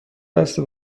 بسته